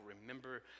remember